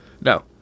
No